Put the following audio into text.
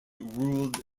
ruled